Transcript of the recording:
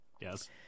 Yes